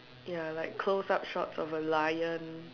ya like close up shots of a lion